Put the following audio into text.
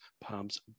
palms